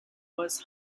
was